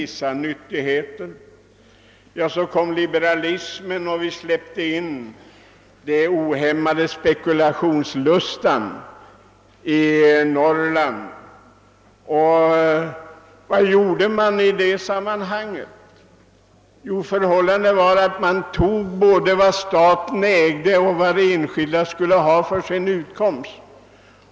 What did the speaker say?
Så kom liberalismen, och vi släppte in den ohämmade spekulationslustan i Norrland. Företagen tog då både vad staten ägde och vad de enskilda skulle ha för sin utkomst.